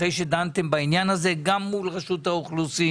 אחרי שדנתם בעניין הזה גם מול רשות האוכלוסין,